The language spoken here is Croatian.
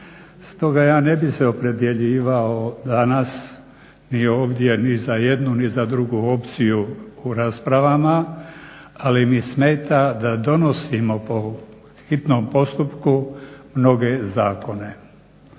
Stoga ja ne bih se opredjeljivao danas ni ovdje ni za jednu ni za drugu opciju u raspravama, ali mi smeta da donosimo po hitnom postupku mnoge zakone.